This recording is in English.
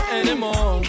anymore